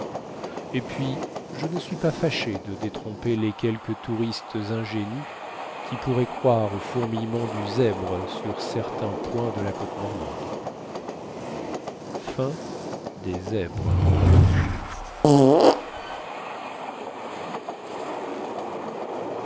et puis je ne suis pas fâché de détromper les quelques touristes ingénus qui pourraient croire au fourmillement du zèbre sur certains points de la côte normande